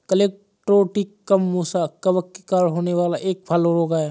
colletotrichum मुसा कवक के कारण होने वाला एक फल रोग है